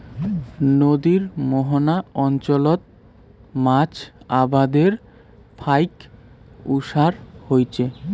নদীর মোহনা অঞ্চলত মাছ আবাদের ফাইক ওসার হইচে